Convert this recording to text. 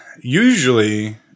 usually